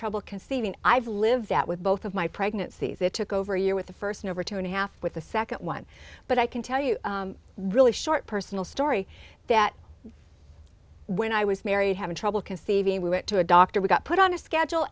trouble conceiving i've lived that with both of my pregnancies it took over a year with the first number two and a half with the second one but i can tell you really short personal story that when i was married having trouble conceiving we went to a doctor we got put on a schedule